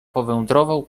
powędrował